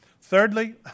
Thirdly